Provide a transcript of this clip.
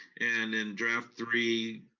and in draft three,